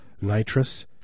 nitrous